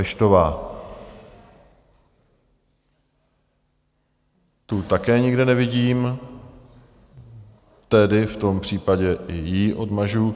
Tu také nikde nevidím, tedy v tom případě i ji odmažu.